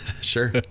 Sure